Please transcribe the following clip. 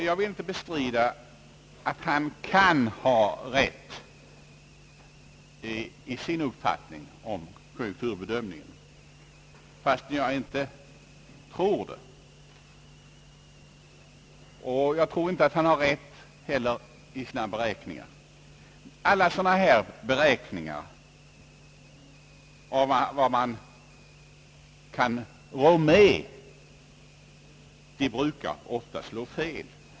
Jag vill inte förneka att han kan ha rätt i sin uppfattning om konjunkturbedömningen, fastän jag inte tror det. Jag tror inte heller att han har rätt i sina beräkningar. Alla sådana här beräkningar om vad man kan rå med brukar ofta slå fel.